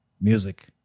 music